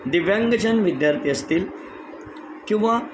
दिव्यांगजन विद्यार्थी असतील किंवा